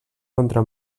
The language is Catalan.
contra